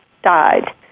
Died